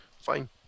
fine